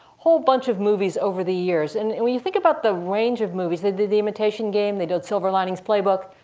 whole bunch of movies over the years. and and when you think about the range of movies they did the imitation game. they did silver linings playbook.